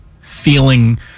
feeling